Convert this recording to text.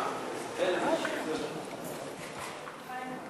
13), התשע"ד 2014, נתקבל.